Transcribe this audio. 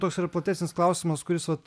toks yra platesnis klausimas kuris vat